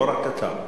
לא רק לך.